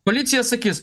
policija sakys